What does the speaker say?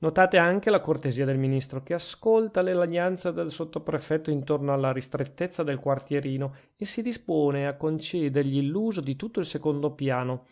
notate anche la cortesia del ministro che ascolta le lagnanze del sottoprefetto intorno alla ristrettezza del quartierino e si dispone a concedergli l'uso di tutto il secondo piano